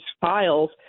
files